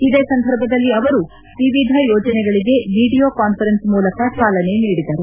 ಇದೇ ಸಂದರ್ಭದಲ್ಲಿ ಅವರು ವಿವಿಧ ಯೋಜನೆಗಳಿಗೆ ವಿಡಿಯೋ ಕಾನ್ಫರೆನ್ಸ್ ಮೂಲಕ ಚಾಲನೆ ನೀಡಿದರು